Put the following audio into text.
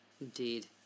Indeed